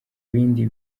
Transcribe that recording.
bindi